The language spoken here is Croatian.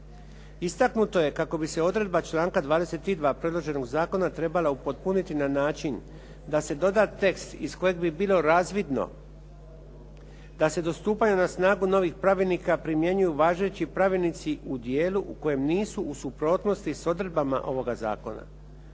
Istaknuto je kako bi se odredba članka 22. predloženog zakona trebala upotpuniti na način da se doda tekst iz kojeg bi bilo razvidno da se do stupanja na snagu novih pravilnika primjenjuju važeći pravilnici u dijelu u kojem nisu u suprotnosti s odredbama ovoga zakona.